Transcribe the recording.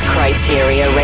Criteria